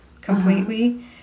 completely